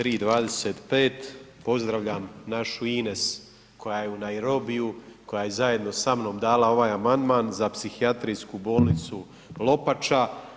Evo, u 23 i 25 pozdravljam našu Ines koja je u Nairobiju, koja je zajedno sa mnom dala ovaj amandman za Psihijatrijsku bolnicu Lopača.